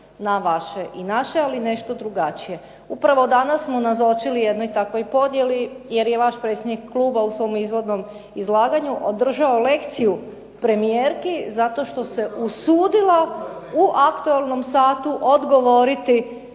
na vaše i naše ali nešto drugačije. Upravo danas smo nazočili jednoj takvoj podjeli jer je vaš predsjednik kluba u svom uvodnom izlaganju održao lekciju premijerki zato što se usudila u aktualnom satu odgovoriti